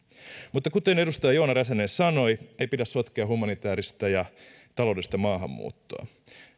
mutta kuten edustaja joona räsänen sanoi ei pidä sotkea humanitääristä ja taloudellista maahanmuuttoa